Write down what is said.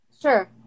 Sure